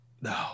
No